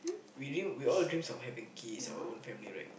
we dream we all dream having kids or our own family right